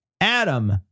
Adam